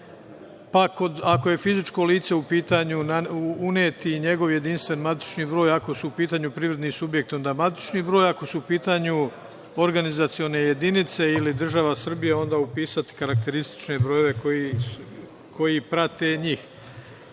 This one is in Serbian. pa ako je fizičko lice uneti njegov jedinstveni matični broj, ako su u pitanju privredni subjekti, onda matični broj, ako su u pitanju organizacione jedinice ili država Srbija, onda upisati karakteristične brojeve koji prate njih.